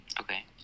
Okay